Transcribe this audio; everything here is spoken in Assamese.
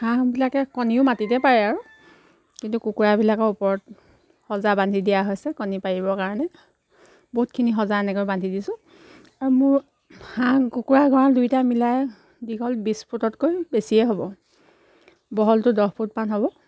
হাঁহবিলাকে কণীও মাটিতে পাৰে আৰু কিন্তু কুকুৰাবিলাকৰ ওপৰত সঁজা বান্ধি দিয়া হৈছে কণী পাৰিবৰ কাৰণে বহুতখিনি সঁজা এনেকৈ বান্ধি দিছোঁ আৰু মোৰ হাঁহ কুকুৰা গঁৰাল দুইটা মিলাই দীঘল বিছ ফুটতকৈ বেছিয়ে হ'ব বহলটো দহ ফুটমান হ'ব